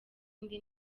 indi